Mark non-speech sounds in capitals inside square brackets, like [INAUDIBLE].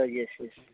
[UNINTELLIGIBLE]